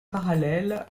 parallèle